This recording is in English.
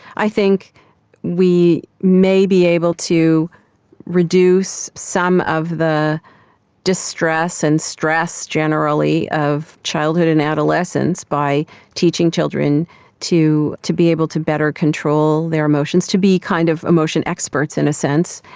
i think we may be able to reduce some of the distress and stress generally of childhood and adolescence by teaching children to to be able to better control their emotions, to be kind of emotion experts in a sense.